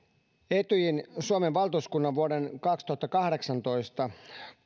etyjin suomen valtuuskunnan vuoden kaksituhattakahdeksantoista